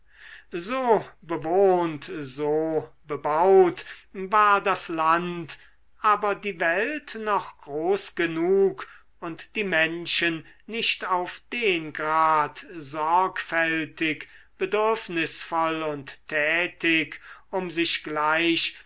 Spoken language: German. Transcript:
so bewohnt so bebaut war das land aber die welt noch groß genug und die menschen nicht auf den grad sorgfältig bedürfnisvoll und tätig um sich gleich